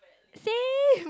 same